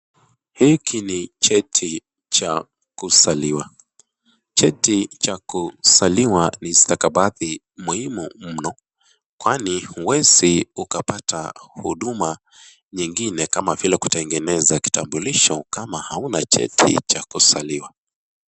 Hiki ni cheti cha kuzaliwa. Cheti cha kuzaliwa ni stakabadhi muhimu mno. Kwani huwezi ukapata huduma nyingine kama vile kutengeneza kitambulisho kama hauna cheti cha kuzaliwa.